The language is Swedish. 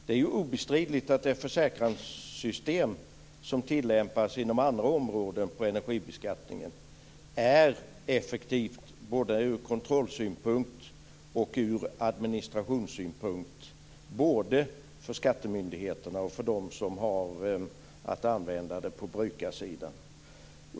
Det är obestridligt att det försäkranssystem som tillämpas inom andra områden av energibeskattningen är effektivt både från kontroll och administrationssynpunkt. Det gäller både för skattemyndigheterna och för brukarsidan.